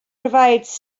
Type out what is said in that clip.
provides